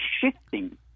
shifting